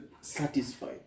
satisfied